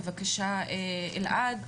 בבקשה, אלעד.